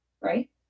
right